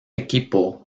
equipo